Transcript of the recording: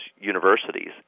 universities